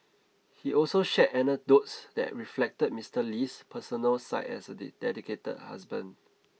he also shared anecdotes that reflected Mister Lee's personal side as a dedicated husband